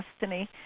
destiny